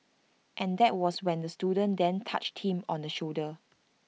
and that was when the student then touched him on the shoulder